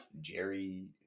Jerry